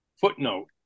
footnote